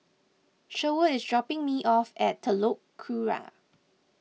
Sherwood is dropping me off at Telok Kurau